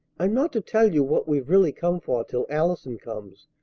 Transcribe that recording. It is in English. i'm not to tell you what we've really come for till allison comes,